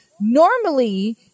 Normally